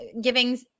giving